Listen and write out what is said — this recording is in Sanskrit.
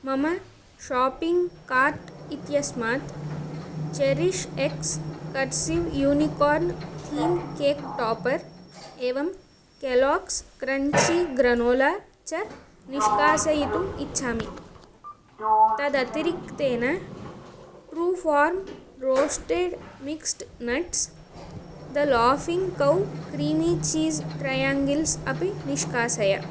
मम शापिङ्ग् कार्ट् इत्यस्मात् cherish X cursing unicorn theme cake topper एवं केलाक्स् क्रन्ची ग्रनोला च निष्कासयितुम् इच्छामि तदतिरिक्तेन Truefarm roasted mixed nuts the Laughing Cow creamy cheese triangles अपि निष्कासय